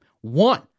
One